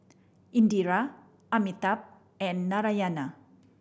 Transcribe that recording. Indira Amitabh and Narayana